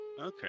Okay